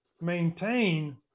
maintain